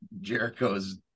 Jericho's